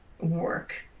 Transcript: work